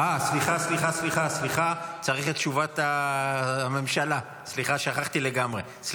סליחה, צריך את תשובת הממשלה, סליחה שכחתי לגמרי.